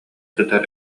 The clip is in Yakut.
сытар